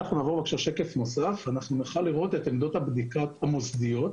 בשקף 8 נוכל לראות את עמדות הבדיקה המוסדיות.